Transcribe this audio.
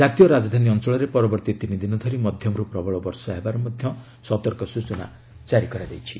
ଜାତୀୟ ରାଜଧାନୀ ଅଞ୍ଚଳରେ ପରବର୍ତ୍ତୀ ତିନିଦିନ ଧରି ମଧ୍ୟମରୁ ପ୍ରବଳ ବର୍ଷା ହେବାର ସତର୍କ ସ୍ୱଚନା ଜାରି କରାଯାଇଛି